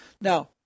Now